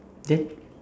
then